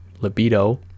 libido